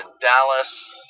Dallas